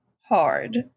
hard